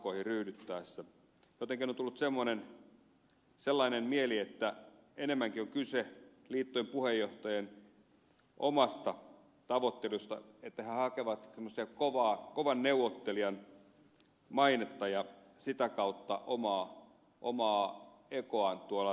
jotenkin on tullut sellainen mieli että enemmänkin on kyse liittojen puheenjohtajien omasta tavoittelusta että he hakevat semmoista kovan neuvottelijan mainetta ja sitä kautta omaa egoaan tuovat esiin